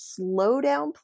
Slowdown